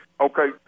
Okay